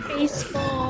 Baseball